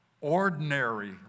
ordinary